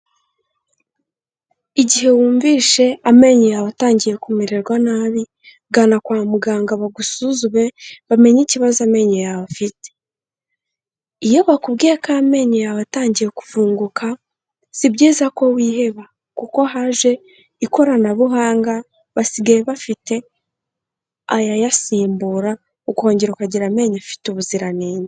Igihe wumviseshe amenye yawe atangiye kumererwa nabi, gana kwa muganga bagusuzume bamenye ikibazo amenyo yawe afite. Iyo bakubwiye ko amenyo yawe yatangiye kuvunguka, si byiza ko wiheba kuko haje ikoranabuhanga, basigaye bafite ayayasimbura ukongera ukagira amenyo afite ubuziranenge.